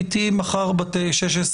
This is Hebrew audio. ביתי מחר בת 16,